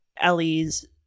Ellie's